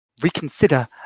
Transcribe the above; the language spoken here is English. reconsider